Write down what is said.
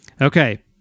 Okay